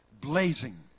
blazing